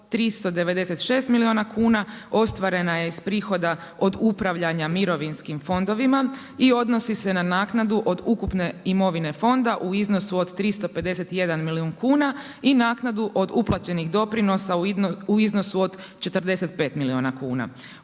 396 milijuna kuna, ostvarena je iz prihoda od upravljanja mirovinskim fondovima i odnosi se na naknadu od ukupne imovine fonda u iznosu od 351 milijun kuna i naknadu od uplaćenih doprinosa u iznosu od 45 milijuna kuna.